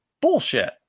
Bullshit